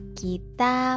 kita